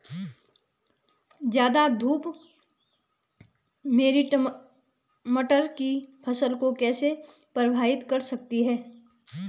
ज़्यादा धूप मेरी मटर की फसल को कैसे प्रभावित कर सकती है?